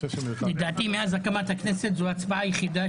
לדעתי מאז הקמת הכנסת זו ההצעה היחידה